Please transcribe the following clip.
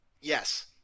yes